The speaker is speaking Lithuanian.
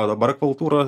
o dabar kultūra